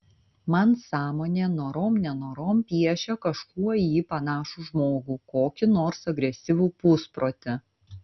man sąmonė norom nenorom piešia kažkuo į jį panašų žmogų kokį nors agresyvų pusprotį